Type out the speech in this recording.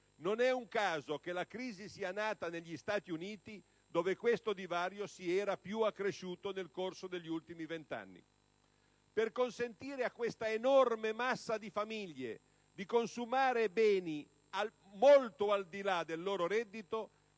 Non è un caso che la crisi sia nata negli Stati Uniti, dove questo divario si era più accresciuto nel corso degli ultimi vent'anni. Per consentire a questa enorme massa di famiglie di consumare beni molto al di là del loro reddito,